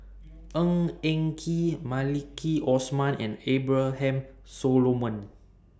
Ng Eng Kee Maliki Osman and Abraham Solomon